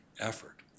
effort